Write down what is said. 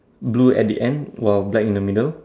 blue at the end while black in the middle